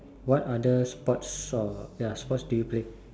what other sports or ya sports do you play